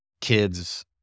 kids